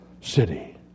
city